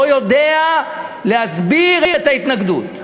לא יודע להסביר את ההתנגדות.